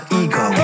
ego